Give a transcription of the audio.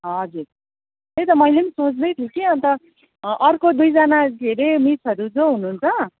हजुर त्यही त मैले पनि सोच्दैछु कि अन्त अर्को दुईजना के अरे मिसहरू जो हुनुहुन्छ